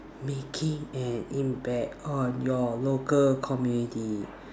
making an impact on your local community